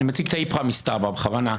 אני מציג את האיפכא-מסתברא בכוונה.